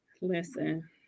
Listen